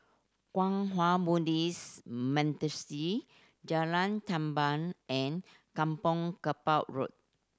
Kwang Hua Buddhist Monastery Jalan Tamban and Kampong Kapor Road